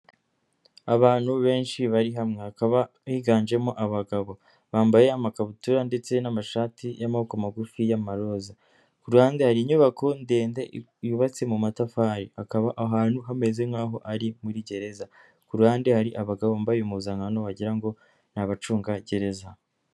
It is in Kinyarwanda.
Abantu benshi bari hamwe hakaba biganjemo abagabo bambaye amakabutura ndetse n'amashati y'amaboko magufi y'amaroza, ku ruhande hari inyubako ndende yubatse mu matafari akaba ahantu hameze nk'aho ari muri gereza, ku ruhande hari abagabo bambaye impuzankano wagira ngo ni abacungagereza.